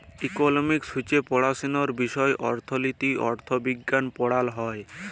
economics হছে পড়াশুলার বিষয় অথ্থলিতি, অথ্থবিজ্ঞাল পড়াল হ্যয়